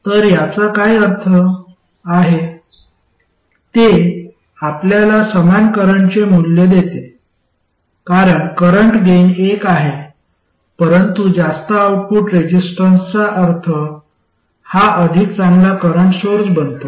तर याचा अर्थ काय आहे ते आपल्याला समान करंटचे मूल्य देते कारण करंट गेन एक आहे परंतु जास्त आउटपुट रेझिस्टन्सचा अर्थ हा अधिक चांगला करंट सोर्स बनतो